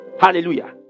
Hallelujah